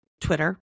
Twitter